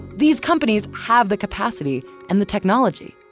these companies have the capacity and the technology!